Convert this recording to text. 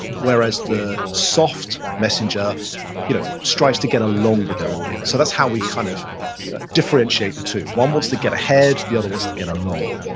whereas the soft messenger you know strives to get along with their audience. so that's how we kind of differentiate the two. one wants to get ahead, the other wants to get along and all